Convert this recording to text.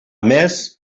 més